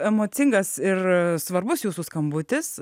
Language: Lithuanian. emocingas ir svarbus jūsų skambutis